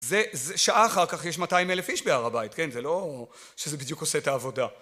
שעה אחר כך יש 200 אלף איש בהר הבית, כן? זה לא שזה בדיוק עושה את העבודה.